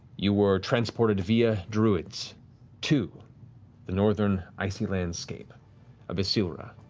you were transported via druids to the northern icy landscape of issylra,